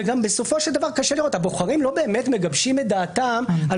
וגם בסופו של דבר הבוחרים לא באמת מגבשים את דעתם על